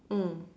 mm